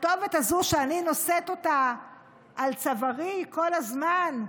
הכתובת הזו שאני נושאת אותה על צווארי כל הזמן,